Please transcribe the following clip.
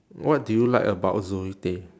what do you like about zoe tay